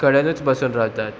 कडेनूच बसून रावतात